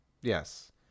Yes